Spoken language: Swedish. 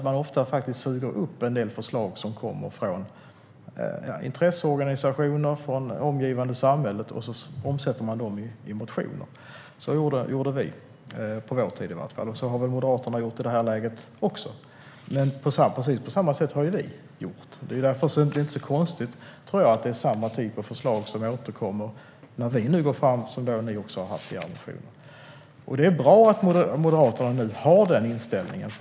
Man suger ofta upp en del förslag som kommer från intresseorganisationer och det omgivande samhället, och sedan omsätter man dem i motioner. Så gjorde i varje fall vi på vår tid, och så har väl Moderaterna också gjort i det här läget. På precis samma sätt har vi gjort. Det är därför inte så konstigt att det är samma typ av förslag som återkommer när vi nu går fram som ni har haft i era motioner. Det är bra att Moderaterna nu har den inställningen.